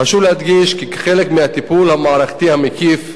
חשוב להדגיש כי כחלק מהטיפול המערכתי המקיף,